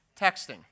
Texting